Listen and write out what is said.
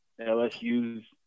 LSU's